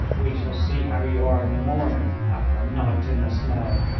we shall see how you are in the morning after a night in the snow.